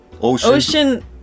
Ocean